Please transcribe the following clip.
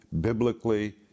biblically